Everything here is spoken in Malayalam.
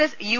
S U